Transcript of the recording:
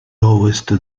ovest